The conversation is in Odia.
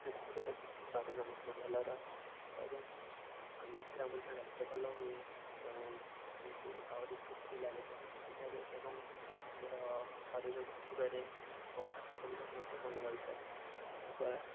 ଯାହାଦ୍ୱାରା କିି ଆମ ଶରୀର ମଧ୍ୟ ଭଲ ରହେ ଏବଂ ନିଦ୍ରା ମଧ୍ୟ ରାତିରେ ଭଲ ହୁଏ ଆମକୁ ଆହୁରି ଫୁର୍ତ୍ତି ଲାଗେ ଦେହ ଫୁର୍ତ୍ତି ଲାଗେ ଏବଂ ଆମର ଶରୀର ବୃଦ୍ଧିି କରେ ପାଠ ପଢ଼ିବାରେ ମଧ୍ୟ ମନ ରହିଥାଏ ଏହାଦ୍ୱାରା